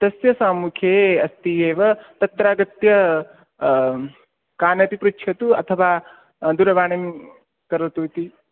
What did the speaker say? तस्य सम्मुखे अस्ति एव तत्र आगत्य कान् अपि पृच्छतु अथवा दूरवाणीं करोतु इति